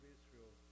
Israel